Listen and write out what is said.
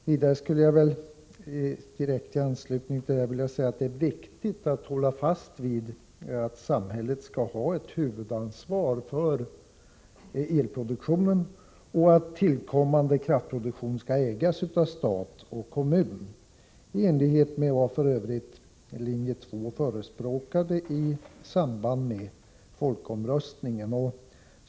Vidare skulle jag direkt i anslutning till detta vilja säga att det är viktigt att hålla fast vid att samhället skall ha ett huvudansvar för elproduktionen och att tillkommande kraftproduktion skall ägas av stat och kommun i enlighet med vad som f. ö. linje 2 förespråkade i samband med folkomröstningen.